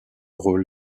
rôle